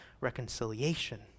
reconciliation